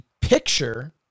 picture